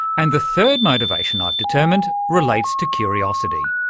and the third motivation, i've determined, relates to curiosity.